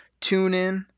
TuneIn